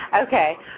Okay